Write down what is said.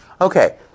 Okay